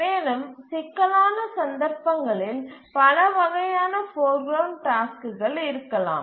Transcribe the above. மேலும் சிக்கலான சந்தர்ப்பங்களில் பல வகையான போர் கிரவுண்ட் டாஸ்க்குகள் இருக்கலாம்